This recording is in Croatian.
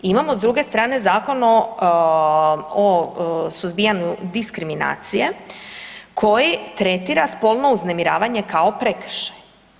Imamo s druge strane Zakon o suzbijanju diskriminacije koji tretira spolno uznemiravanje kao prekršaj.